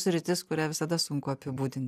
sritis kurią visada sunku apibūdinti